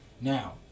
Now